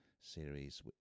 series